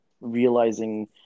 realizing